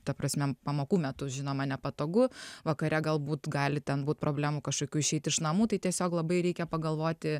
ta prasme pamokų metu žinoma nepatogu vakare galbūt gali ten būt problemų kažkokių išeiti iš namų tai tiesiog labai reikia pagalvoti